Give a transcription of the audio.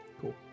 cool